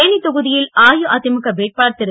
தேனி தொகுதியில் அஇஅதிமுக வேட்பாளர் திரு